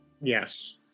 Yes